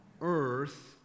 earth